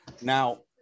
Now